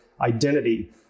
identity